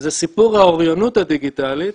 זה סיפור האוריינות הדיגיטלית,